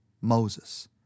Moses